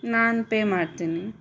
ನಾನು ಪೇ ಮಾಡ್ತೀನಿ